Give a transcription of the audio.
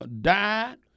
died